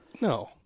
No